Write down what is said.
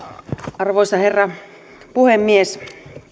arvoisa herra puhemies